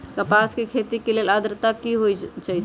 कपास के खेती के लेल अद्रता की होए के चहिऐई?